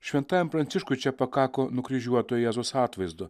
šventajam pranciškui čia pakako nukryžiuoto jėzaus atvaizdo